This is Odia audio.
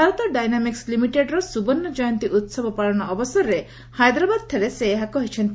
ଭାରତ ଡାଇନାମିକୁ ଲିମିଟେଡ୍ର ସ୍ରବର୍ଣ୍ଣ ଜୟନ୍ତୀ ଉହବ ପାଳନ ଅବସରରେ ହାଇଦ୍ରାବାଦ୍ଠାରେ ସେ ଏହା କହିଛନ୍ତି